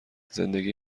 زندگی